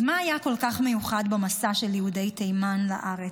אז מה היה כל כך מיוחד במסע של יהודי תימן לארץ,